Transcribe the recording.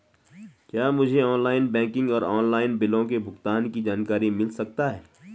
क्या मुझे online banking और ऑनलाइन बिलों के भुगतान की जानकारी मिल सकता है?